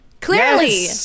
Clearly